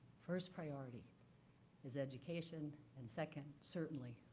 first priority is education, and second, certainly,